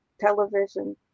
television